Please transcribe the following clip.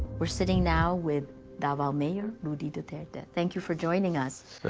we're sitting now with davao mayor rody duterte. thank you for joining us.